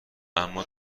اما